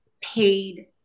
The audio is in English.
paid